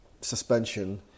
suspension